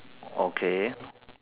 okay